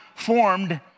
formed